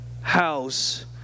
house